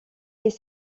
les